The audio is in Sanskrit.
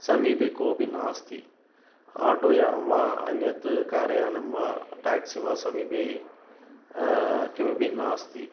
समीपे कोपि नास्ति आटो यानं वा अन्यत् कार्यानं वा टाक्सी वा समीपे किमपि नास्ति